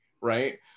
right